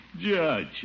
judge